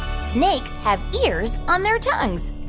snakes have ears on their tongues?